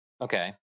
Okay